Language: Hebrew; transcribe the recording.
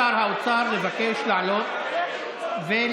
מותר לשר האוצר לבקש לעלות ולענות.